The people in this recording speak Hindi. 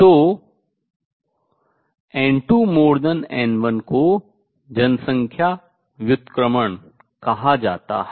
तो n2n1 को जनसंख्या व्युत्क्रमण कहा जाता है